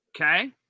okay